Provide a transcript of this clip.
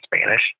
Spanish